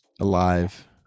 alive